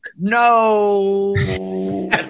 No